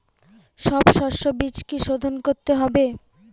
সব শষ্যবীজ কি সোধন করতে হবে?